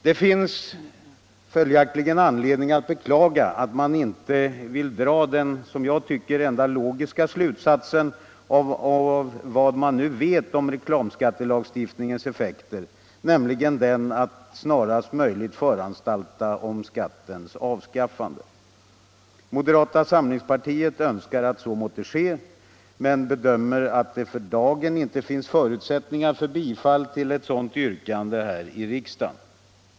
Det finns följaktligen anledning att beklaga att man inte vill dra den som jag tycker enda logiska slutsatsen av vad man nu vet om reklamskattelagstiftningens effekter, nämligen att snarast möjligt föranstalta om skattens avskaffande. Moderata samlingspartiet önskar att så måtte ske men bedömer att det för dagen inte finns förutsättningar för bifall till ett sådant yrkande här i riksdagen.